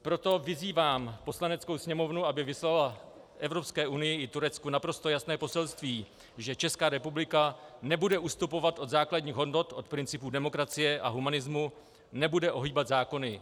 Proto vyzývám Poslaneckou sněmovnu, aby vyslala Evropské unii i Turecku naprosto jasné poselství, že Česká republika nebude ustupovat od základních hodnot, od principů demokracie a humanismu, nebude ohýbat zákony.